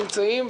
נמצאים,